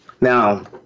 now